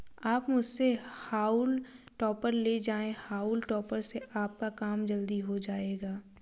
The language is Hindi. आप मुझसे हॉउल टॉपर ले जाएं हाउल टॉपर से आपका काम जल्दी हो जाएगा